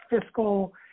fiscal